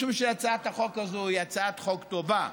משום שהצעת החוק הזאת היא הצעת חוק טובה,